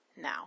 now